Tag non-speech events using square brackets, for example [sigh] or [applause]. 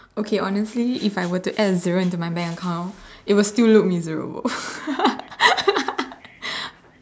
okay honestly if were to add a zero to my bank account it will still look miserable [laughs]